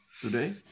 today